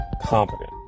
competent